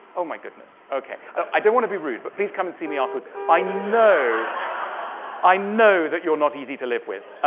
oh, my goodness. okay. i don't want to be rude, but please come and see me afterwards. i know i know that you're not easy to live with.